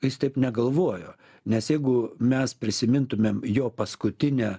jis taip negalvojo nes jeigu mes prisimintumėm jo paskutinę